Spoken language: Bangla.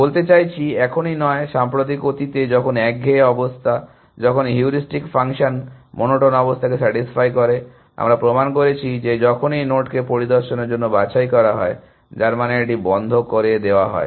আমি বলতে চাইছি এখনই নয় সাম্প্রতিক অতীতে যখন একঘেয়ে অবস্থা যখন হিউরিস্টিক ফাংশন মোনোটোন অবস্থাকে স্যাটিসফাই করে আমরা প্রমাণ করেছি যে যখনই নোডকে পরিদর্শনের জন্য বাছাই করা হয় যার মানে এটি বন্ধ করা হয়